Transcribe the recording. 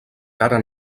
cara